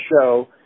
show